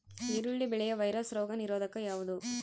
ಈರುಳ್ಳಿ ಬೆಳೆಯ ವೈರಸ್ ರೋಗ ನಿರೋಧಕ ಯಾವುದು?